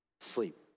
sleep